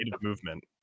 Movement